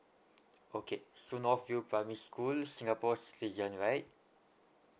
okay so north view primary school singapore citizen right